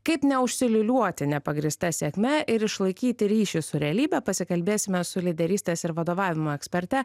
kaip neužsiliūliuoti nepagrįsta sėkme ir išlaikyti ryšį su realybe pasikalbėsime su lyderystės ir vadovavimo eksperte